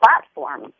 platform